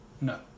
No